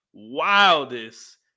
wildest